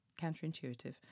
counterintuitive